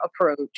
approach